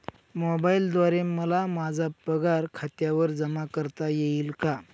मोबाईलद्वारे मला माझा पगार खात्यावर जमा करता येईल का?